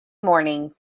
morning